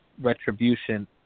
retribution